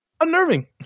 unnerving